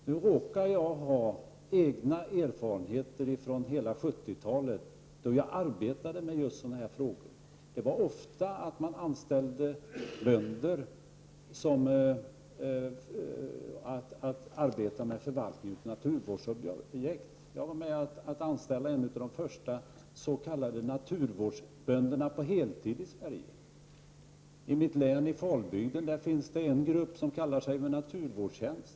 Nu råkar jag ha egna erfarenheter av arbete med sådana här frågor från hela 1970-talet. Bönder anställdes ofta för att arbeta med naturvårdsobjekt. Jag var med om att anställa på heltid en av de första s.k. naturvårdsbönderna i Sverige. I Falbygden i mitt hemlän finns en grupp som kallar sig för naturvårdstjänst.